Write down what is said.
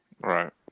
Right